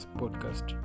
podcast